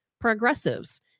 progressives